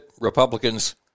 Republicans